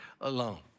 alone